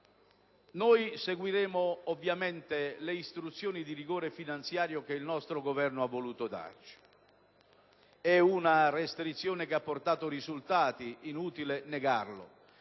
Seguiremo ovviamente le istruzioni di rigore finanziario che il nostro Governo ha voluto darci. È una restrizione che ha portato risultati, inutile negarlo;